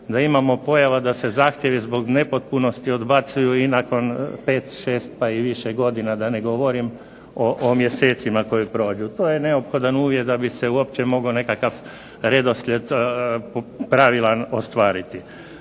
da imamo pojava da se zahtjevi zbog nepotpunosti odbacuju i nakon pet, šest pa i više godina, da ne govorim o mjesecima koji prođu. To je neophodan uvjet da bi se uopće mogao nekakav redoslijed pravilan ostvariti.